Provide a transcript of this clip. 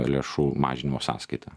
lėšų mažinimo sąskaita